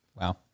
Wow